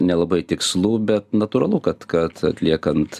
nelabai tikslu bet natūralu kad kad atliekant